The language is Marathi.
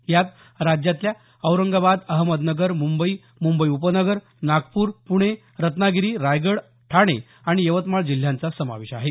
यात राज्यातल्या औरंगाबाद अहमदनगर मुंबई मुंबई उपनगर नागपूर पुणे रत्नागिरी रायगड ठाणे आणि यवतमाळ जिल्ह्यांचा समावेश आहे